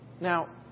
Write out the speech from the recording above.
Now